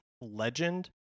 Legend